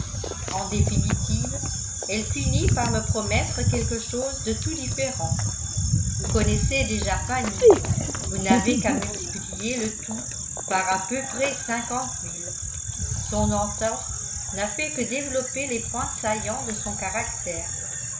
en définitive elle finit par me promettre quelque chose de tout différent vous connaissez déjà fanny vous n'avez qu'à multiplier le tout par à peu près cinquante mille son entorse n'a fait que développer les points saillants de son caractère